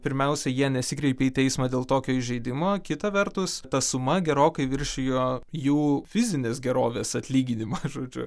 pirmiausia jie nesikreipė į teismą dėl tokio įžeidimo kita vertus ta suma gerokai viršijo jų fizinės gerovės atlyginimą žodžiu